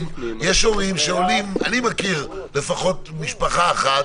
------ אני מכיר לפחות משפחה אחת,